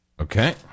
Okay